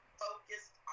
focused